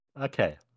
Okay